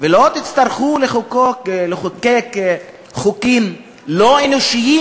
ולא תצטרכו לחוקק חוקים לא אנושיים,